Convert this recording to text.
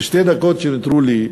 בשתי הדקות שנותרו לי,